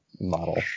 model